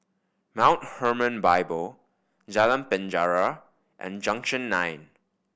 Mount Hermon Bible Jalan Penjara and Junction Nine